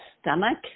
stomach